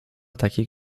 takiej